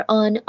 on